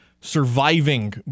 surviving